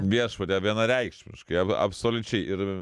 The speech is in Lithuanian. viešpatie vienareikšmiškai ab absoliučiai ir